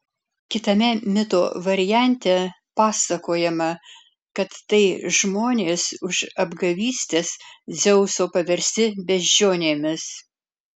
kitame mito variante pasakojama kad tai žmonės už apgavystes dzeuso paversti beždžionėmis